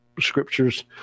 scriptures